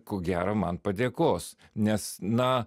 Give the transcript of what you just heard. ko gero man padėkos nes na